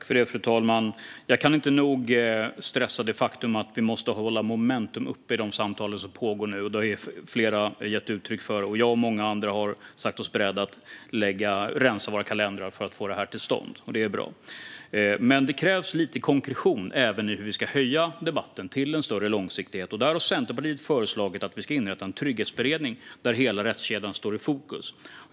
Fru talman! Jag kan inte nog betona det faktum att vi måste hålla momentum uppe i de samtal som pågår. Det har flera gett uttryck för, och jag och många andra har sagt oss beredda att rensa våra kalendrar för att få detta till stånd. Det är bra, men det krävs lite konkretion även i hur vi ska höja debatten till en större långsiktighet. Centerpartiet har föreslagit att vi ska inrätta en trygghetsberedning där hela rättskedjan står i fokus.